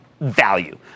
value